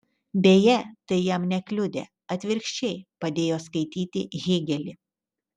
beje tai jam nekliudė atvirkščiai padėjo skaityti hėgelį